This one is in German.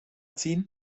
ziehen